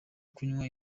kunywa